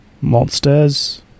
monster's